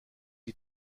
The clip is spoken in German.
die